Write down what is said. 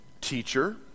Teacher